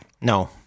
No